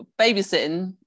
babysitting